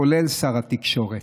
כולל שר התקשורת.